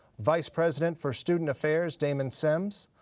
vice president for student affairs, damon sims,